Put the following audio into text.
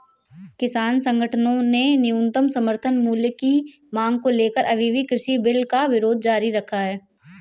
किसान संगठनों ने न्यूनतम समर्थन मूल्य की मांग को लेकर अभी भी कृषि बिल का विरोध जारी रखा है